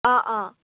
অঁ অঁ